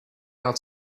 out